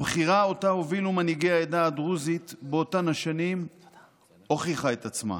הבחירה שאותה הובילו מנהיגי העדה הדרוזית באותן השנים הוכיחה את עצמה.